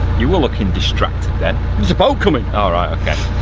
you were looking distracted then. there's a boat coming. all right, okey.